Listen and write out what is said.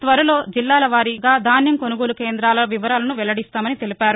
త్వరలో జిల్లాల వారీగా ధాన్యం కొనుగోలు కేందాల వివరాలను వెల్లడిస్తామన్నారు